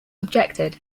objected